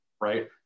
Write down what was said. right